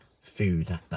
food